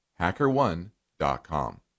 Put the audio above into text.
Hackerone.com